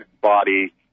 body